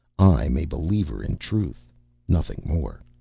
i'm a believer in truth nothing more.